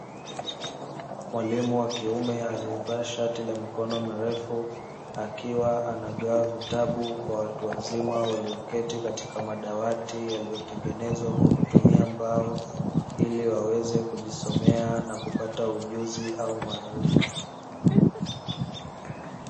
Mwalimu wa kiume aliyevaa shati la mikono mirefu, akiwa anagawa vitabu kwa watu wazima walioketi katika madawati yaliyotengenezwa kwa kutumia mbao, ili waweze kujisomea na kupata ujuzi au maarifa.